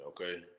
okay